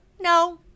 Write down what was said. No